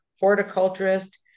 horticulturist